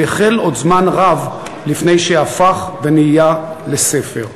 הוא החל עוד זמן רב לפני שהפך ונהיה לספר".